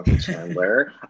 Chandler